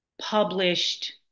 published